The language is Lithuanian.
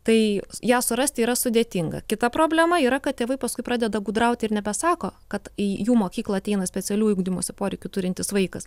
tai ją surasti yra sudėtinga kita problema yra kad tėvai paskui pradeda gudrauti ir nebesako kad į jų mokyklą ateina specialiųjų ugdymosi poreikių turintis vaikas